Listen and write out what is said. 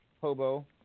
hobo